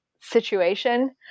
situation